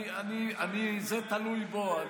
זה תלוי בו.